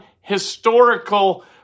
historical